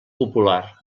popular